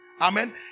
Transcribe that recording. Amen